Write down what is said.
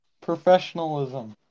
Professionalism